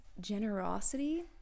generosity